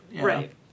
Right